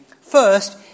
First